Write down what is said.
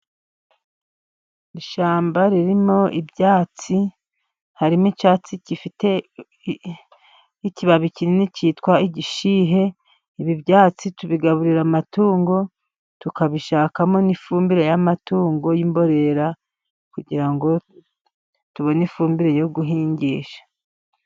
Ishyamba ririmo ibyatsi, harimo icyatsi gifite ikibabi kinini cyitwa igishihe, ibi byatsi tubigaburira amatungo, tukabishakamo n'ifumbire y'amatungo y'imborera, kugira ngo tubone ifumbire yo guhingisha.